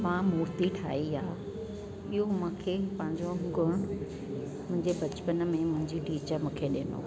मां मुर्ति ठाही आहे इहो मूंखे पंहिंजो गुण जे करे बचपन में मुंहिंजी टीचर मूंखे ॾिनो